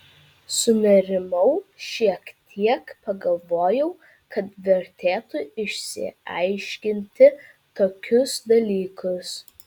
sunerimau šiek tiek pagalvojau kad vertėtų išsiaiškinti tokius dalykus